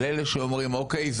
על אלה שאומרים אוקיי,